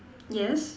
yes